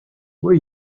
were